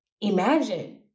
Imagine